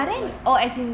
有 like